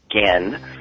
again